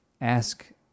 ask